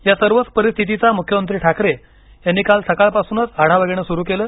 या सर्वच परिस्थितीचा मुख्यमंत्री ठाकरे यांनी काल सकाळपासूनच आढावा घेणं सुरु केलं